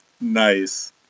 Nice